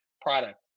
product